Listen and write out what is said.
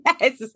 Yes